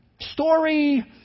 Story